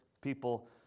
people